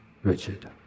Richard